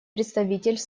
представитель